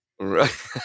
Right